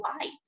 light